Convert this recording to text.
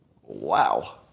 wow